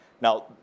Now